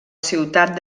ciutat